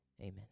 amen